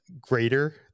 greater